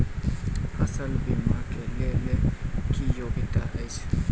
फसल बीमा केँ लेल की योग्यता अछि?